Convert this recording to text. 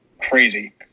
crazy